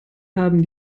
haben